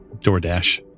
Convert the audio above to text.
DoorDash